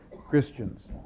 Christians